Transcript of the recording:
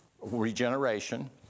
regeneration